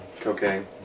cocaine